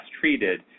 treated